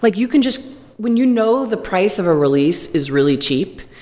like you can just when you know the price of a release is really cheap,